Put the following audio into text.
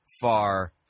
far